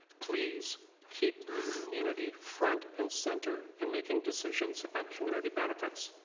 please keep community front and center in making decisions about community benefits.